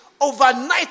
overnight